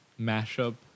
mashup